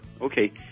okay